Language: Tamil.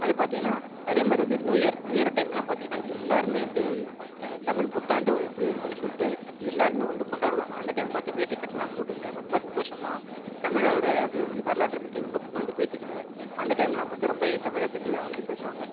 அது பார்த்தீங்கன்னா அதே மாதிரி வந்து நியூ இயர் நியூ டைமில் எல்லாம் பார்த்தீங்கன்னா எல்லோருமே இந்த தமிழ் புத்தாண்டு இதுனு சொல்லிட்டு எல்லோருமே வந்து கொண்டாடுவாங்க அந்த டைம் பார்த்து வேட்டி சட்டை எல்லாம் போட்டுகுனு ரொம்ப சந்தோஷமாக தமிழருடைய வரலாற்றை பற்றி இன்னும் புகழ்ந்து பேசிகின்னு அந்த டைமில் பார்த்த ரொம்ப தமிழை பற்றி தான் வந்து பேசுவாங்கள்